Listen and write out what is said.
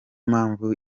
mpamvu